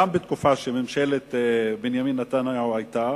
גם בתקופה שממשלת בנימין נתניהו היתה,